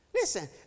Listen